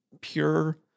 pure